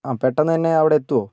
ആ പെട്ടെന്ന് തന്നെ അവിടെ എത്തുമോ